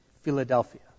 Philadelphia